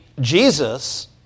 Jesus